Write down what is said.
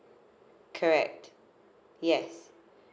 correct yes